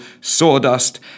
sawdust